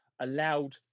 allowed